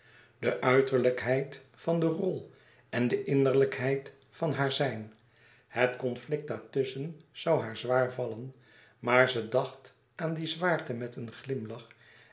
de uiterlijkheid van dien rol en de innerlijkheid van haar zijn het conflict daartusschen zoû haar zwaar vallen maar ze dacht aan die zwaarte met een glimlach